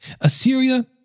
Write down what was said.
Assyria